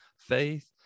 faith